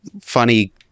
funny